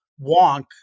wonk